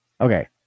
Okay